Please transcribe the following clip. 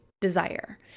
desire